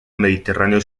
mediterráneo